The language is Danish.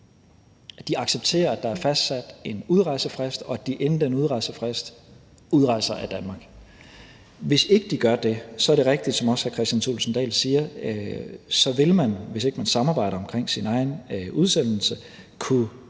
de accepterer, at der er fastsat en udrejsefrist, og at de inden for den udrejsefrist udrejser af Danmark. Hvis ikke de gør det, er det rigtigt, som også hr. Kristian Thulesen Dahl siger, så vil man, hvis ikke man samarbejder omkring sin egen udsendelse, kunne få